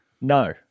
No